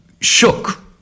shook